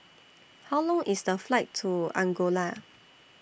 How Long IS The Flight to Angola